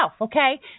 okay